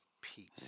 peace